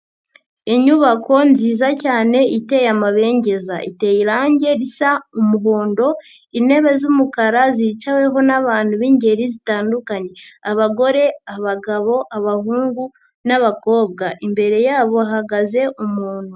Inyubako nziza cyane iteye amabengeza. Iteye irangi risa umuhondo, intebe z'umukara, zicaweho n'abantu b'ingeri zitandukanye. Abagore, abagabo, abahungu n'abakobwa. Imbere yabo hahagaze umuntu.